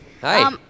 Hi